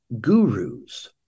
gurus